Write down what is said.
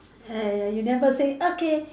!aiya! you never say okay